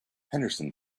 henderson